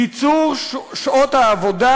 קיצור שעות העבודה,